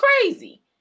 crazy